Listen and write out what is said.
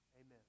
Amen